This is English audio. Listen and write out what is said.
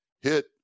hit